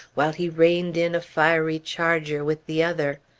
while he reined in a fiery charger with the other.